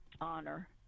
honor